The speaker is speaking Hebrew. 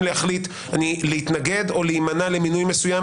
להחליט להתנגד או להימנע בעניין מינוי מסוים,